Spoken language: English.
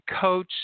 coach